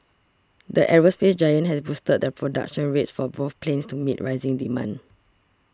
the aerospace giant has boosted the production rates for both planes to meet rising demand